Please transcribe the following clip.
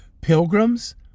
Pilgrims